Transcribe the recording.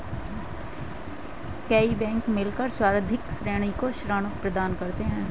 कई बैंक मिलकर संवर्धित ऋणी को ऋण प्रदान करते हैं